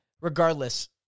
Regardless